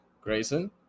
Grayson